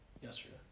Yesterday